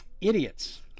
Idiots